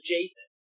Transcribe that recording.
Jason